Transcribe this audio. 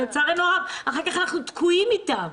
לצערנו הרב, אחר-כך אנחנו תקועים איתם.